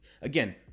again